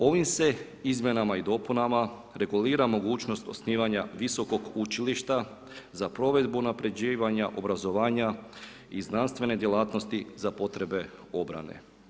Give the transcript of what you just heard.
Ovim se izmjenama i dopunama regulira mogućnost osnivanja visokog učilišta, za provedbu unaprjeđivanja, obrazovanja i znanstvene djelatnosti za potrebe obrane.